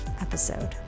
episode